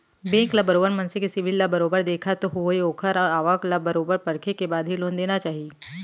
bank ल बरोबर मनसे के सिविल ल बरोबर देखत होय ओखर आवक ल बरोबर परखे के बाद ही लोन देना चाही